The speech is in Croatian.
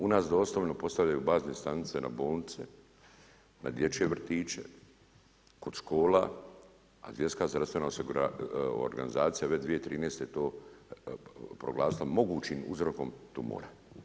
U nas doslovno postavljaju bazne stanice na bolnice, na dječje vrtiće, kod škole, a svjetska zdravstvena organizacija ove 2013. to proglasila mogućim uzorkom tumora.